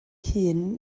hun